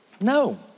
No